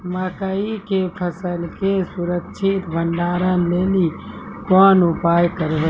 मकई के फसल के सुरक्षित भंडारण लेली कोंन उपाय करबै?